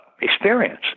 experience